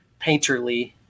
painterly